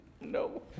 no